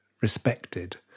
respected